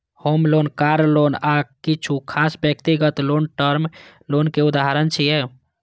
होम loan, car loan आ किछु खास व्यक्तिगत लोन टर्म लोन के उदाहरण छियै